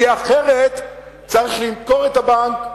כי אחרת צריך למכור את הבנק.